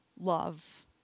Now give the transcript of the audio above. love